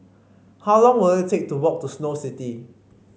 how long will it take to walk to Snow City